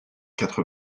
quatre